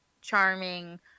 charming